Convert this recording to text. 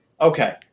Okay